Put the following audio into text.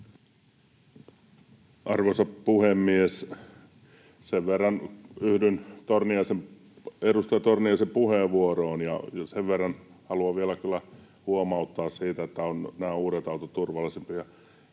Arvoisa puhemies! Yhdyn edustaja Torniaisen puheenvuoroon, ja sen verran haluan vielä kyllä huomauttaa siitä, että nämä uudet autot ovat turvallisempia: